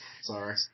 Sorry